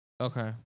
Okay